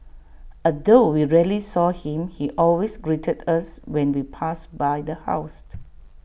although we rarely saw him he always greeted us when we passed by the house